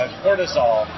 cortisol